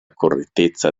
correttezza